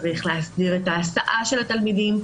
צריך להסדיר את ההסעה של התלמידים,